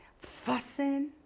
fussing